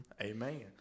Amen